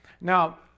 Now